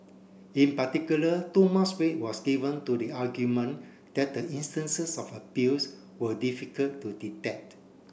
in particular too much weight was given to the argument that the instances of abuse were difficult to detect